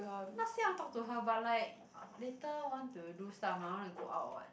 not say I want talk to her but like I later want to do stuff mah I want to go out what